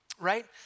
right